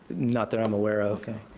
not that i'm aware of.